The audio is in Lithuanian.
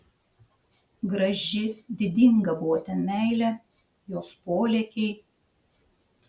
graži didinga buvo ten meilė jos polėkiai